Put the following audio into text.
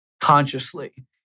consciously